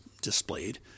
displayed